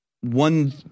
one